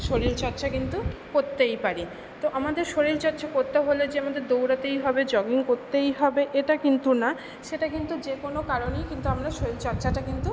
শরীর চর্চা কিন্তু করতেই পারি তো আমাদের শরীর চর্চা করতে হলে যে আমাদের দৌড়াতেই হবে জগিং করতেই হবে এটা কিন্তু না সেটা কিন্তু যে কোনো কারণেই কিন্তু আমরা শরীর চর্চাটা কিন্তু